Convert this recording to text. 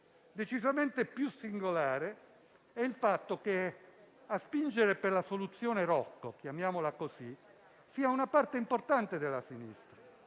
decisamente più singolare il fatto che a spingere per la "soluzione Rocco" - chiamiamola in questo modo - sia una parte importante della sinistra.